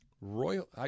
Royal